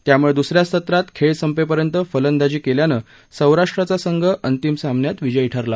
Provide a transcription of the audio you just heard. त्यामुळे दुस या सत्रात खेळ संपेपर्यंत फलंदाजी केल्यानं सौराष्ट्राचा संघ अंतिम सामन्यात विजयी ठरला